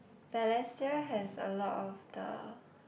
Balestier has a lot of the